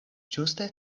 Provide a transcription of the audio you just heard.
ĝuste